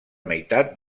meitat